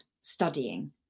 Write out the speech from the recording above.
studying